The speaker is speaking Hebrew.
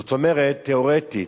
זאת אומרת, תיאורטית,